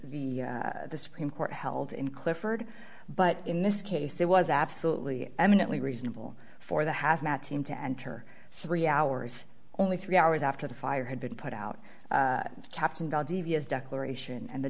think the supreme court held in clifford but in this case it was absolutely eminently reasonable for the hazmat team to enter three hours only three hours after the fire had been put out captain devious declaration and the